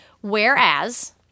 Whereas